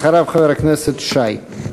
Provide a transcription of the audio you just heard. אחריו, חבר הכנסת שי.